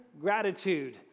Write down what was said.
Gratitude